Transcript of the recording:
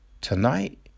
tonight